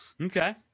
Okay